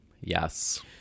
Yes